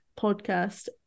podcast